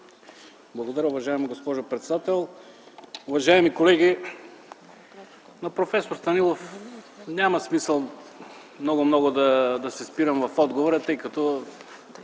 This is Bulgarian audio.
Благодаря, уважаема госпожо председател. Уважаеми колеги, на проф. Станилов няма смисъл много, много да се спирам в отговора, тъй като